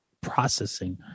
processing